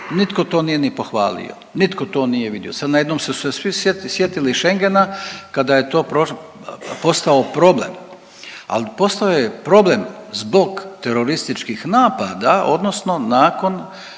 nitko to nije ni pohvalio, nitko to nije vidio. Sad na jednom su se svi sjetili Schengena kada je to postao problem, ali postao je problem zbog terorističkih napada, odnosno nakon